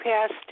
passed